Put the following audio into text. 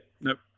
Nope